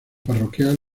parroquial